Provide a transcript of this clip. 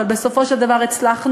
אבל בסופו של דבר הצלחנו.